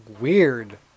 weird